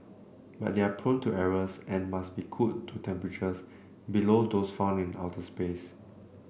but they are prone to errors and must be cooled to temperatures below those found in outer space